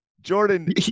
Jordan